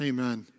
Amen